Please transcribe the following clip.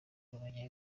kumenya